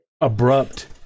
abrupt